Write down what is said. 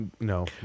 no